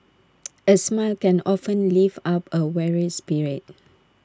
A smile can often lift up A weary spirit